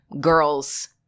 girls